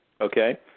Okay